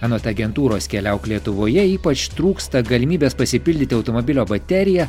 anot agentūros keliauk lietuvoje ypač trūksta galimybės pasipildyti automobilio bateriją